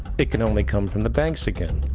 it can only come from the banks again.